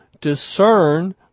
discern